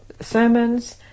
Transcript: sermons